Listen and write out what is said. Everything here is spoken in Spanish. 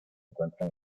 encuentra